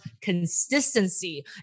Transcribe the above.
consistency